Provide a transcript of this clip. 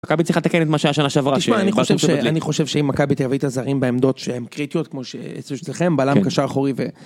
מכבי צריכה לתקן את מה שהיה שנה שעברה, ש... איבדתם... תשמע, אני חושב שאם מכבי תביא את הזרים בעמדות שהן קריטיות כמו שיש אצלכם, בלם, קשר אחורי ו...